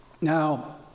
Now